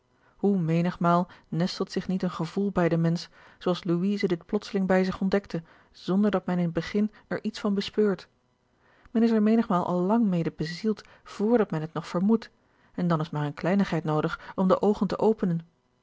hoe menigmaal nestelt zich niet een gevoel bij den mensch zoo als louise dit plotseling bij zich ontdekte zonder dat men in het begin er iets van bespreurt men is er menigmaal al lang mede bezield vr dat men het nog vermoedt en dan is maar eene kleinigheid noodig om de oogen te openen